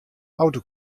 auto